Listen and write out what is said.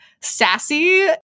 sassy